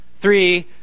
Three